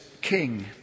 king